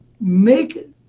make